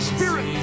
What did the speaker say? Spirit